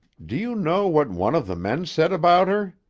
do you know what one of the men said about her?